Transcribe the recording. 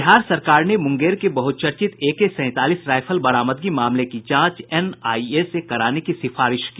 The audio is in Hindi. बिहार सरकार ने मुंगेर के बहुचर्चित एके सैंतालीस राईफल बरामदगी मामले की जांच एनआईए से कराने की सिफारिश की